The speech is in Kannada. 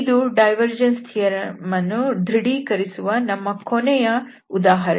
ಇದು ಡೈವರ್ಜೆನ್ಸ್ ಥಿಯರಂ ವನ್ನು ದೃಢೀಕರಿಸುವ ನಮ್ಮ ಕೊನೆಯ ಉದಾಹರಣೆ